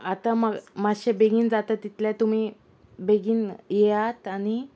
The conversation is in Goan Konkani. आतां मातशें बेगीन जाता तितले तुमी बेगीन येयात आनी